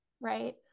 right